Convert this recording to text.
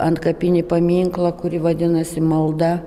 antkapinį paminklą kuri vadinasi malda